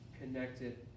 connected